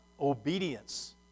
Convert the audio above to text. Obedience